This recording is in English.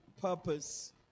purpose